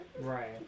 Right